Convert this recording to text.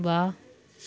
ਵਾਹ